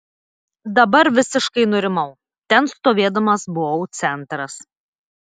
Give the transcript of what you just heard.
dabar visiškai nurimau ten stovėdamas buvau centras